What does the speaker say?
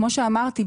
כמו שאמרתי,